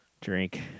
Drink